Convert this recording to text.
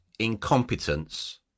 Incompetence